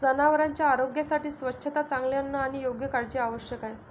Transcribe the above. जनावरांच्या आरोग्यासाठी स्वच्छता, चांगले अन्न आणि योग्य काळजी आवश्यक आहे